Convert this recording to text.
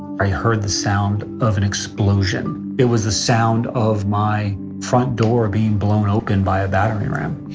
i heard the sound of an explosion. it was the sound of my front door being blown open by a battering ram.